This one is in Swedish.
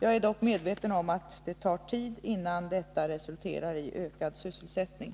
Jag är dock medveten om att det tar tid innan detta resulterar i ökad sysselsättning.